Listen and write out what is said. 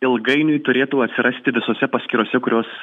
ilgainiui turėtų atsirasti visose paskyrose kurios